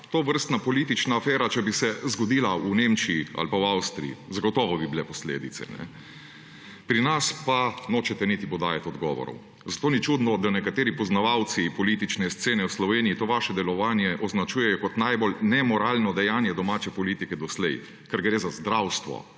tovrstna politična afera, če bi se zgodila v Nemčiji ali v Avstriji? Zagotovo bi bile posledice. Pri nas pa nočete niti podajati odgovorov. Zato ni čudno, da nekateri poznavalci politične scene v Sloveniji to vaše delovanje označujejo kot najbolj nemoralno dejanje domače politike doslej, ker gre za zdravstvo,